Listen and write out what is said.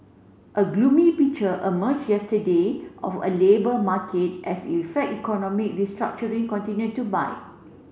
a gloomy picture emerge yesterday of a labour market as effect economy restructuring continue to bite